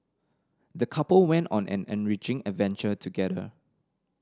the couple went on an enriching adventure together